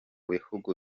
bihugu